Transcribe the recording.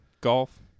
golf